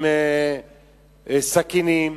עם סכינים,